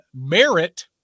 merit